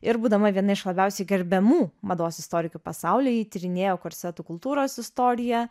ir būdama viena iš labiausiai gerbiamų mados istorikių pasaulyj ji tyrinėjo korsetų kultūros istoriją